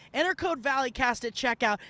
enter code valleycast at checkout.